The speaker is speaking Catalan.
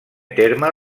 terme